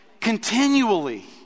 Continually